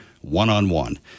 one-on-one